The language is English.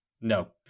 no